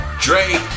Dre